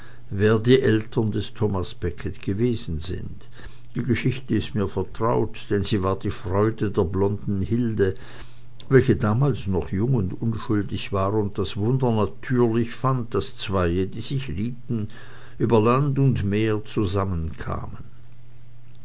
wer die eltern des thomas becket gewesen sind die geschichte ist mir vertraut denn sie war die freude der blonden hilde welche damals noch jung und unschuldig war und das wunder natürlich fand daß zweie die sich liebten über land und meer zusammenkamen